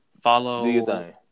follow